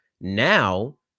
now